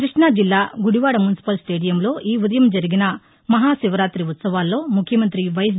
కృష్ణాజిల్లా గుడివాడ మునిసిపల్ స్టేడియంలో ఈ ఉదయం జరిగిన మహాశివరాతి ఉత్సవాల్లో ముఖ్యమంతి వైఎస్